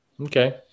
okay